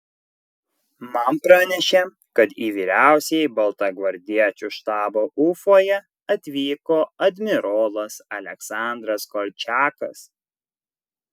man pranešė kad į vyriausiąjį baltagvardiečių štabą ufoje atvyko admirolas aleksandras kolčiakas